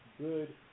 good